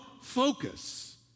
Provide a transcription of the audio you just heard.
focus